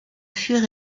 fur